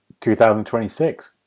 2026